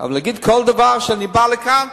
אבל אתה מצטט אותי שלא כהלכה.